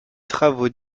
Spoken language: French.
travaux